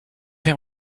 him